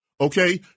Okay